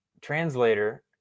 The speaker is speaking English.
translator